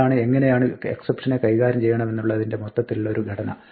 ഇതാണ് എങ്ങിനെയാണ് എക്സപ്ഷനുകളെ കൈകാര്യം ചെയ്യണമെന്നുള്ളതിന്റെ മൊത്തത്തിലുള്ള ഒരു ഘടന